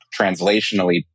translationally